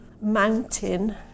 mountain